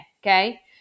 okay